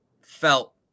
felt